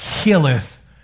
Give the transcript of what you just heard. healeth